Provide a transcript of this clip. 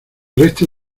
resto